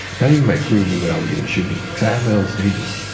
not even my crew knew what i was even shooting. because i have my own stages,